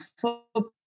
football